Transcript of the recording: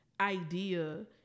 idea